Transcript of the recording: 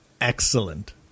Excellent